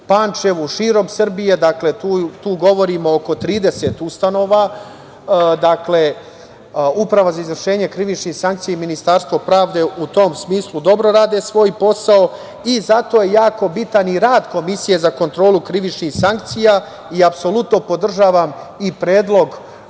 Pančevu, širom Srbije i tu govorim oko 30 ustanova, dakle, uprava za izvršenje krivičnih sankcija i Ministarstvo pravde u tom smislu dobro rade svoj posao i zato je jako bitan i rad Komisije za kontrolu krivičnih sankcija i apsolutno podržavam i predlog